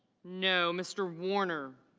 no. mr. warner